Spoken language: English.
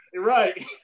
right